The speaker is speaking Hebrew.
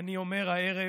אני אומר הערב: